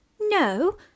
No